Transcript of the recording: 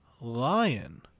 Lion